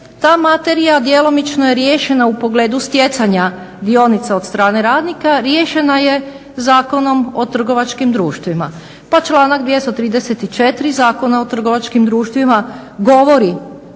ta materija djelomično je riješena u pogledu stjecanja dionica od strane radnika, riješena je Zakonom o trgovačkim društvima, pa članak 234. Zakona o trgovačkim društvima govori